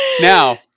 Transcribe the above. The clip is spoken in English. Now